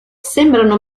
sembrano